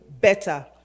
better